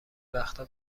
وقتها